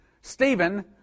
Stephen